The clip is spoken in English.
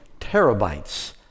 terabytes